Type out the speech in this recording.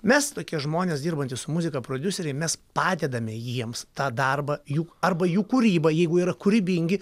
mes tokie žmonės dirbantys su muzika prodiuseriai mes padedame jiems tą darbą juk arba jų kūrybą jeigu jie yra kūrybingi